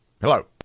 Hello